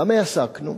במה עסקנו?